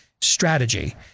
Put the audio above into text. strategy